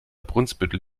brunsbüttel